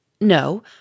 No